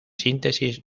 síntesis